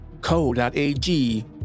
Co.ag